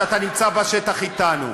שאתה נמצא בשטח אתנו,